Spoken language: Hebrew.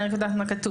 אני רק יודעת מה כתוב.